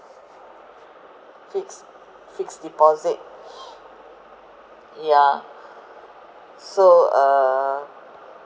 fixed fixed deposit yeah so uh